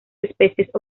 especies